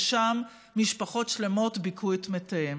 ושם משפחות שלמות ביכו את מתיהם.